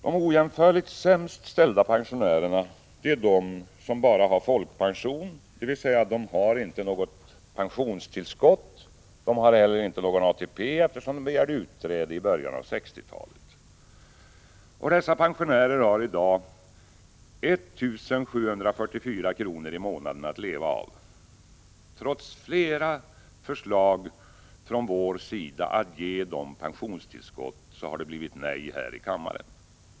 De ojämförligt sämst ställda pensionärerna är de som bara har folkpension, dvs. de som inte har något pensionstillskott och inte heller någon ATP eftersom de begärde utträde i början av 1960-talet. Dessa pensionärer har i dag 1 744 kr. i månaden att leva av. Trots flera förslag från vår sida att ge dem pensionstillskott har det blivit nej här i kammaren.